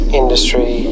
industry